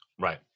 Right